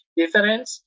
difference